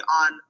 on